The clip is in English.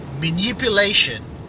Manipulation